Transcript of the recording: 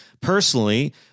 personally